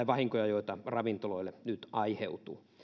vahinkoja joita ravintoloille nyt aiheutuu